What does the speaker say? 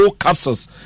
capsules